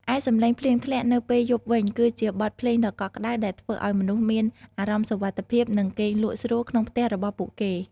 ឯសំឡេងភ្លៀងធ្លាក់នៅពេលយប់វិញ គឺជាបទភ្លេងដ៏កក់ក្តៅដែលធ្វើឱ្យមនុស្សមានអារម្មណ៍សុវត្ថិភាព និងគេងលក់ស្រួលក្នុងផ្ទះរបស់ពួកគេ។